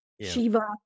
Shiva